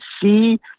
see